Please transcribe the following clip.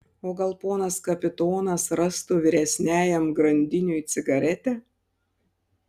o gal ponas kapitonas rastų vyresniajam grandiniui cigaretę